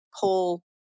pull